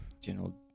General